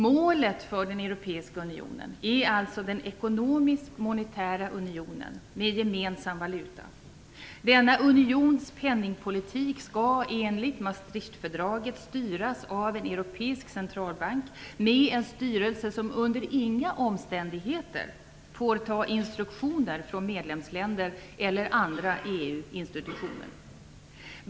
Målet för den europeiska unionen är alltså den ekonomisk-monetära unionen med gemensam valuta. Denna unions penningpolitik skall, enligt Maastrichtfördraget, styras av en europeisk centralbank, med en styrelse som under inga omständigheter får ta instruktioner från medlemsländer eller andra EU-institutioner.